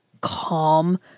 calm